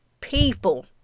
people